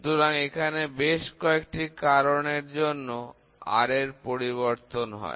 সুতরাং এখানে বেশ কয়েকটি কারণের জন্য R এর পরিবর্তন হয়